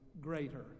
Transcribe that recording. greater